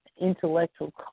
intellectual